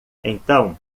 então